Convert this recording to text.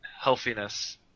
healthiness